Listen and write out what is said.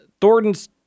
Thornton's